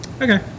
Okay